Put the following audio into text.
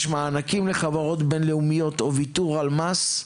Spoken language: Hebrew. יש מענקים לחברות בין-לאומיות או ויתור על מס,